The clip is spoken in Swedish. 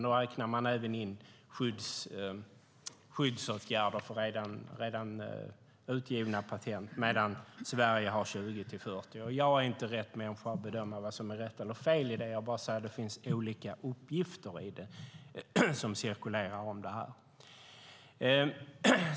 Då räknar man även in skyddsåtgärder för redan utgivna patent, medan Sverige har 20-40. Jag är inte rätt människa att bedöma vad som är rätt eller fel i det; jag säger bara att det finns olika uppgifter som cirkulerar om detta.